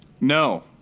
No